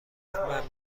توقف